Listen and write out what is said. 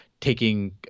taking